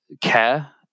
care